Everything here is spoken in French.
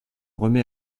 remet